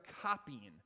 copying